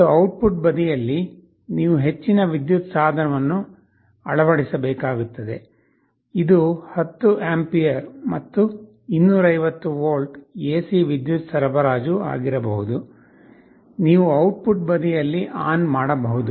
ಮತ್ತು ಔಟ್ಪುಟ್ ಬದಿಯಲ್ಲಿ ನೀವು ಹೆಚ್ಚಿನ ವಿದ್ಯುತ್ ಸಾಧನವನ್ನು ಅಳವಡಿಸಬೇಕಾಗುತ್ತದೆ ಇದು 10 ಆಂಪಿಯರ್ ಮತ್ತು 250 ವೋಲ್ಟ್ AC ವಿದ್ಯುತ್ ಸರಬರಾಜು ಆಗಿರಬಹುದು ನೀವು ಔಟ್ಪುಟ್ ಬದಿಯಲ್ಲಿ ಆನ್ ಮಾಡಬಹುದು